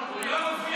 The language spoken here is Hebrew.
הוא לא מופיע.